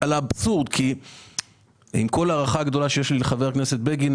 עם כל ההערכה הגדולה שיש לי לחבר הכנסת בגין,